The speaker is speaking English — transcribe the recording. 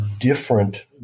different